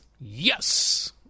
Yes